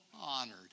honored